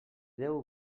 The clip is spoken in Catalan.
déu